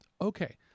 Okay